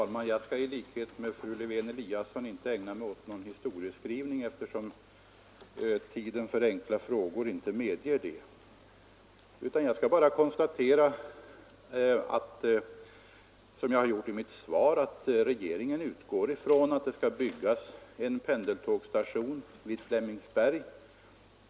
Herr talman! I likhet med fru Lewén-Eliasson skall jag här inte ägna mig åt någon historieskrivning, eftersom tiden för besvarande av enkla frågor inte medger det. Jag konstaterar bara, vilket jag också har gjort i mitt svar, att regeringen utgår från att det skall byggas en pendeltågstation vid Flemingsberg.